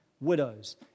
widows